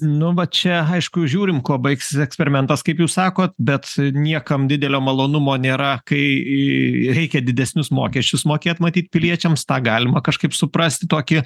nu va čia aišku žiūrim kuo baigsis eksperimentas kaip jūs sakot bet niekam didelio malonumo nėra kai reikia didesnius mokesčius mokėt matyt piliečiams tą galima kažkaip suprasti tokį